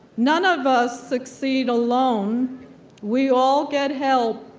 none of us succeed alone we all get help,